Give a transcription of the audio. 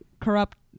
corrupt